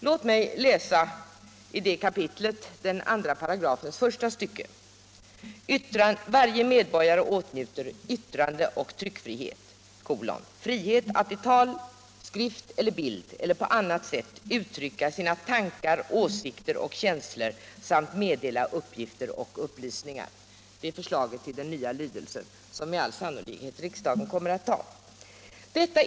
Låt mig läsa i det aktuella kapitlet 2§ första stycket: ”Varje medborgare åtnjuter yttrandeoch tryckfrihet: frihet att i tal, skrift eller bild eller på annat sätt uttrycka sina tankar, åsikter och känslor samt meddela uppgifter och upplysningar.” Detta är förslaget till den nya lydelsen som riksdagen med all sannolikhet kommer att antaga.